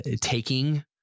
taking